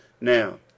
Now